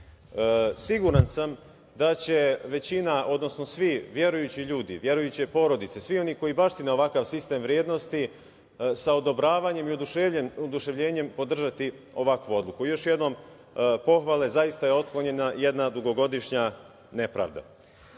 sam da će svi verujući ljudi, verujuće porodice, svi oni koji baštine ovakav sistem vrednosti sa odobravanjem i oduševljenjem podržati ovakvu odluku. Još jednom pohvale. Zaista je otklonjena jedna dugogodišnja nepravda. Kada